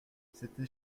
c’était